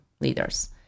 leaders